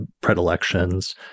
predilections